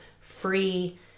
free